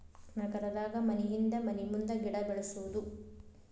ನಗರದಾಗ ಮನಿಹಿಂದ ಮನಿಮುಂದ ಗಿಡಾ ಬೆಳ್ಸುದು